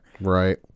Right